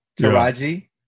taraji